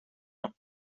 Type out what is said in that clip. آیم